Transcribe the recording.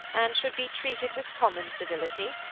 and should be treated with common civility.